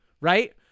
right